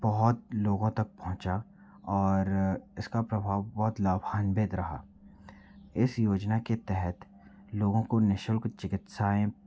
बहुत लोगों तक पहुँचा और इसका प्रभाव बहुत लाभान्वित रहा इस योजना के तहत लोगों को निःशुल्क चिकित्साएँ